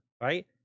right